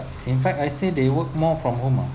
in fact I say they work more from home ah